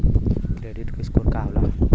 Credit score का होला?